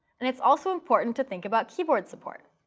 and it's also important to think about keyboard support.